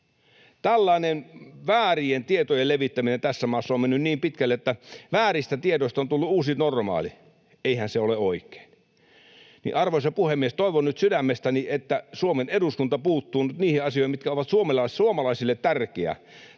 Tällainen väärien tietojen levittäminen tässä maassa on mennyt niin pitkälle, että vääristä tiedoista on tullut uusi normaali. Eihän se ole oikein. Arvoisa puhemies! Toivon nyt sydämestäni, että Suomen eduskunta puuttuu nyt niihin asioihin, mitkä ovat suomalaisille tärkeitä.